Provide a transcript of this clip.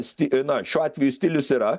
sti na šiuo atveju stilius yra